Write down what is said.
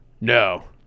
no